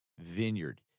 vineyard